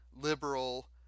liberal